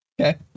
Okay